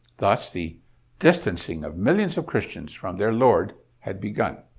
thus, the distancing of millions of christians from their lord had begun.